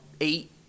eight